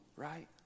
right